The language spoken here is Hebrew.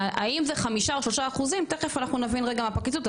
האם זה 5% או 3% תכף אנחנו נבין רגע מהפרקליטות,